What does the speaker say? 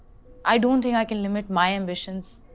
i don't think i can limit my ambitions,